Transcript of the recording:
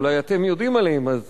אולי אתם יודעים עליהן, אז